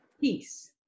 Peace